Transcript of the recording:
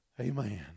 amen